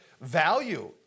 value